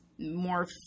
more